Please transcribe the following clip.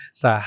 sa